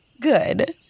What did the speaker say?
good